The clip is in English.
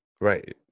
Right